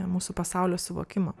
mūsų pasaulio suvokimą